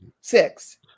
Six